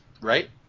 Right